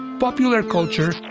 popular culture,